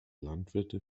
landwirte